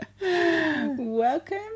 Welcome